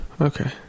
Okay